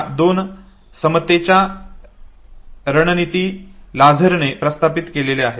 या दोन सामतेच्या रणनिती लाझरसने प्रस्तावित केलेल्या आहेत